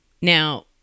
Now